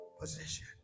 position